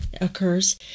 occurs